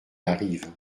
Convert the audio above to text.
arrivent